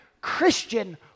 Christian